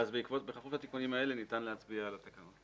בכפוף לתיקונים האלה, ניתן להצביע על התקנות.